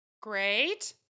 Great